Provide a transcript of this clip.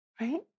right